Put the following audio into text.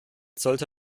sollte